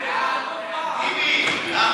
התשע"ו 2016,